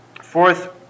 Fourth